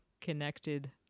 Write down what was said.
connected